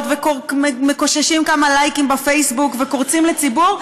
ומקוששים כמה לייקים בפייסבוק וקורצים לציבור.